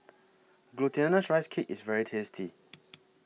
Glutinous Rice Cake IS very tasty